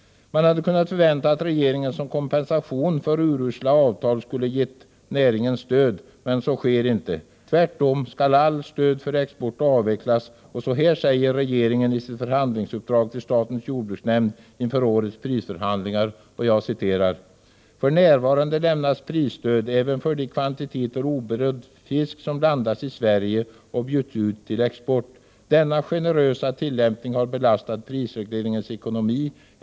Man hade kunnat förvänta sig att regeringen som kompensation för urusla avtal skulle ha gett näringen stöd, men så sker inte. Tvärtom skall allt stöd för export avvecklas, och så här säger regeringen i sitt förhandlingsuppdrag till statens jordbruksnämnd inför årets prisförhandlingar: ”För närvarande lämnas prisstöd även för de kvantiteter oberedd fisk som landas i Sverige och bjuds ut till export. Denna generösa tillämpning har belastat prisregleringens ekonomi.